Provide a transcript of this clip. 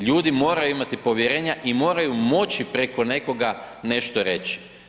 Ljudi moraju imati povjerenja i moraju moći preko nekoga nešto reći.